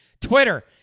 Twitter